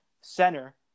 center